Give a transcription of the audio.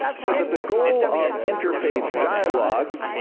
said that the goal of interfaith dialogue,